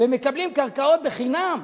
הם מקבלים קרקעות בחינם,